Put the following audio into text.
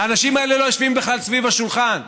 האנשים האלה לא יושבים בכלל סביב השולחן.